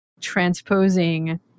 transposing